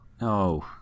No